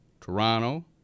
Toronto